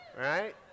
Right